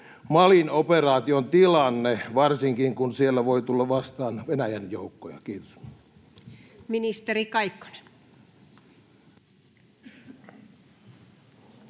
Malin operaation tilanne, varsinkin kun siellä voi tulla vastaan Venäjän joukkoja? — Kiitos. Ministeri Kaikkonen.